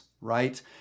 right